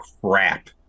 crap